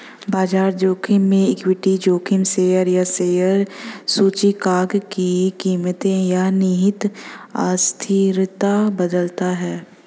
बाजार जोखिम में इक्विटी जोखिम शेयर या शेयर सूचकांक की कीमतें या निहित अस्थिरता बदलता है